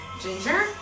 ginger